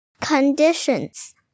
conditions